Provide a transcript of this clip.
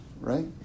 right